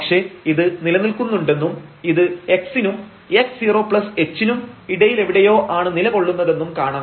പക്ഷേ ഇത് നിലനിൽക്കുന്നുണ്ടെന്നും ഇത് x നും x0h നും ഇടയിലെവിടെയോ ആണ് നിലകൊള്ളുന്നതെന്നും കാണാം